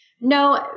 No